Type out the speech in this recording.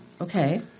Okay